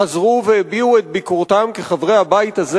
חזרו והביעו את ביקורתם כחברי הבית הזה